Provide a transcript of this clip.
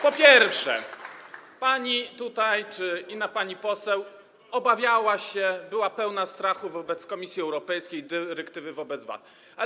Po pierwsze, pani tutaj czy inna pani poseł obawiała się, była pełna strachu wobec Komisji Europejskiej, wobec dyrektywy VAT.